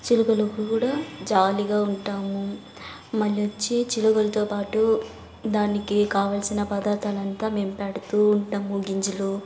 చిలుకలు కూడా జాలిగా ఉంటాము మళ్ళీ వచ్చి చిలుకలతో పాటు దానికి కావల్సిన పదార్థాలంతా మేము పెడుతుఉంటాము గింజలు